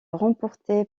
remportée